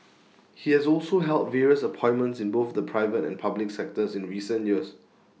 he has also held various appointments in both the private and public sectors in the recent years